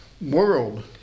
world